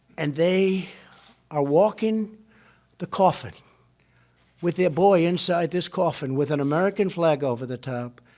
and they are walking the coffin with their boy inside this coffin with an american flag over the top.